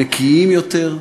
נקיים יותר,